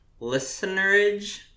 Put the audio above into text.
listenerage